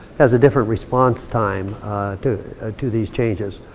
has a different response time to ah to these changes.